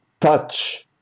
touch